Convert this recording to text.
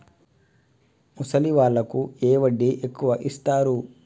ముసలి వాళ్ళకు ఏ వడ్డీ ఎక్కువ ఇస్తారు?